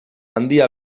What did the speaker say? handia